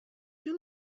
you